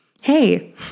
Hey